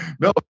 no